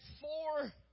four